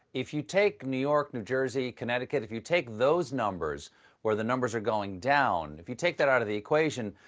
if you take new york, new jersey, connecticut, if you take those numbers where the numbers are going down, if you take that out of the equation,